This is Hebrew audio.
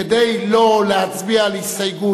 כדי לא להצביע על הסתייגות,